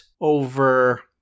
over